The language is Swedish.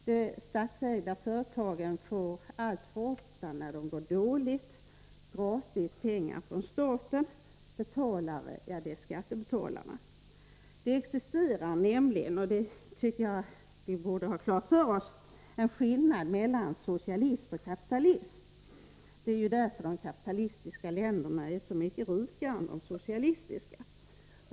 De statsägda företagen får alltför ofta gratis pengar från staten när det går dåligt. Detta betalar skattebetalarna. Det existerar nämligen — och det tycker jag att vi borde ha klart för oss — en skillnad mellan socialism och kapitalism. Det är därför de kapitalistiska länderna är så mycket rikare än de socialistiska.